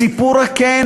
סיפור הקן,